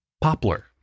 Poplar